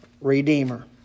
redeemer